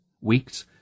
Weeks